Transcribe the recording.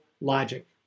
logic